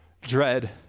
dread